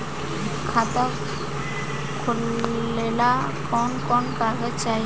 खाता खोलेला कवन कवन कागज चाहीं?